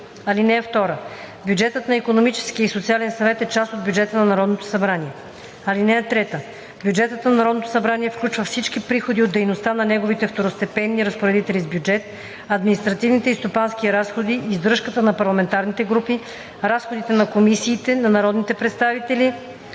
(2) Бюджетът на Икономическия и социален съвет е част от бюджета на Народното събрание. (3) Бюджетът на Народното събрание включва всички приходи от дейността на неговите второстепенни разпоредители с бюджет, административните и стопанските разходи, издръжката на парламентарните групи, разходите на комисиите, на народните представители,